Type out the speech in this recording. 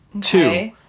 Two